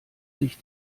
sich